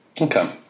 Okay